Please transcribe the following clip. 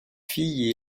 fille